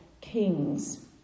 kings